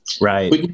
Right